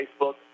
Facebook